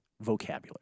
vocabulary